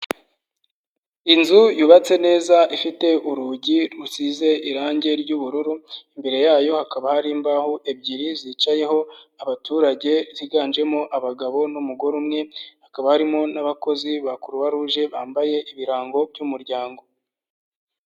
Inzu yubatse neza ifite urugi rusize irangi ry'ubururu, imbere yayo hakaba hari imbaho ebyiri zicayeho abaturage ziganjemo abagabo numugore umwe, hakaba harimo n'abakozi ba croix rouge bambaye ibirango by'umuryango.